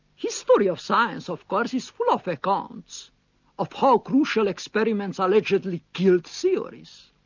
history of science, of course, is full of accounts of how crucial experiments allegedly killed theories.